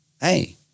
Hey